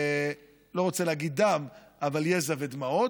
לא רוצה להגיד דם, אבל יזע ודמעות,